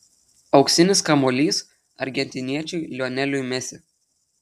auksinis kamuolys argentiniečiui lioneliui messi